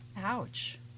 Ouch